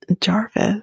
Jarvis